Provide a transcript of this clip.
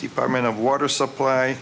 department of water supply